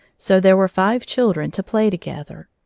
so there were five children to play together.